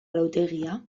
arautegia